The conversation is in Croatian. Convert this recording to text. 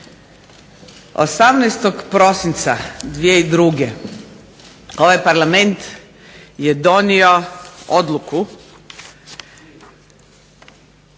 18. prosinca 2002. ovaj Parlament je donio Odluku